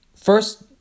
first